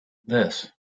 this